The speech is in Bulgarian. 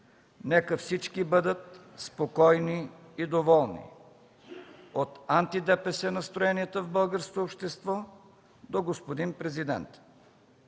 Нека всички бъдат спокойни и доволни от анти-ДПС настроенията в българското общество до господин Президента.